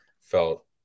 felt